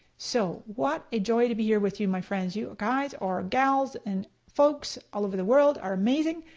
so what a joy to be here with you my friends, you guys or gals and folks all over the world are amazing.